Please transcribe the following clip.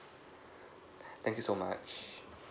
thank you so much